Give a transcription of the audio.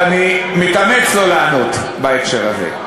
ואני מתאמץ לא לענות בהקשר הזה.